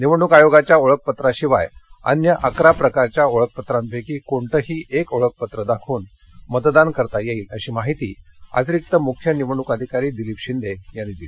निवडणूक आयोगाच्या ओळखपत्राशिवाय अन्य अकरा प्रकारच्या ओळखपत्रांपैकी कोणतंही एक ओळखपत्र दाखवून मतदान करता येईल अशी माहिती अतिरिक्त मुख्य निवडणूक अधिकारी दिलीप शिंदे यांनी दिली